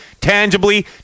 tangibly